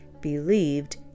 believed